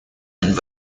and